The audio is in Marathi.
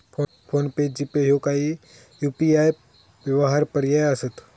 फोन पे, जी.पे ह्यो काही यू.पी.आय व्यवहार पर्याय असत